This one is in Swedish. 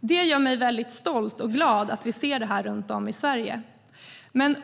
Det gör mig stolt och glad att vi ser detta runt om i Sverige.